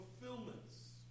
fulfillments